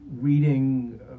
reading